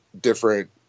different